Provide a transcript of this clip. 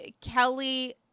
Kelly